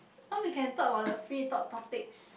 oh we can talk about the free talk topics